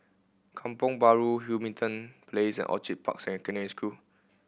Kampong Bahru Hamilton Place and Orchid Park Secondary School